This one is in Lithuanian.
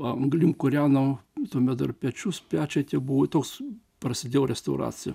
anglim kūreno tuomet dar pečius plečiai tie buvo toks prasidėjo restauracija